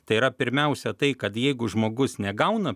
tai yra pirmiausia tai kad jeigu žmogus negauna